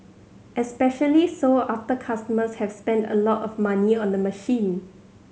especially so after customers have spent a lot of money on the machine